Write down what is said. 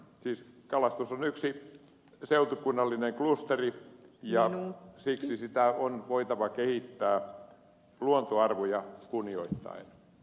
siis kalastus on yksi seutukunnallinen klusteri ja siksi sitä on voitava kehittää luontoarvoja kunnioittaen